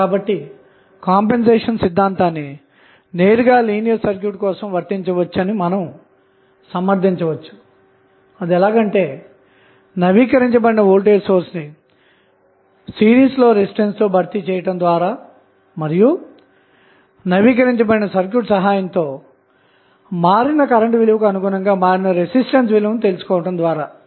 కాబట్టి కాంపెన్సేషన్ సిద్ధాంతాన్ని నేరుగా లీనియర్ సర్క్యూట్ కోసం వర్తింప చేయవచ్చని సమర్థించవచ్చు అదెలాగంటే నవీకరించబడిన వోల్టేజ్ సోర్స్ ని సిరీస్లో రెసిస్టెన్స్తోభర్తీ చేయడం ద్వారామరియు నవీకరించబడిన సర్క్యూట్ సహాయంతో మారిన కరెంట్ విలువలకు అనుగుణంగా మారిన రెసిస్టెన్స్ విలువను తెలుసుకోవడం ద్వారా